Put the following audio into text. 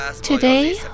Today